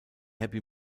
happy